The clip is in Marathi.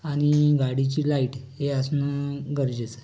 आणि गाडीची लाईट हे असणं गरजेचं आहे